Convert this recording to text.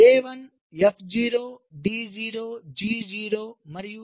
A1 F0 D0 G0 మరియు H0